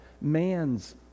man's